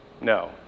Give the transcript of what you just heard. No